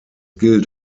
gilt